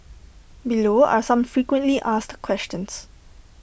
below are some frequently asked questions